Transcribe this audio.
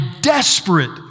desperate